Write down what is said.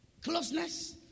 Closeness